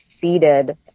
seated